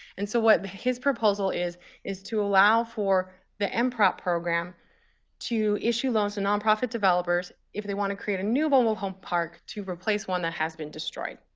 and so what his proposal is is to allow for the um mprrop ah program to issue loans to nonprofit developers if they want to create a new mobile home park to replace one that has been destroyed.